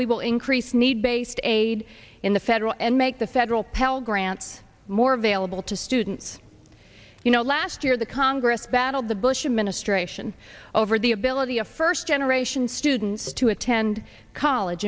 we will increase need based aid in the federal and make the federal pell grants more available to students you know last year the congress battled the bush administration over the ability of first generation students to attend college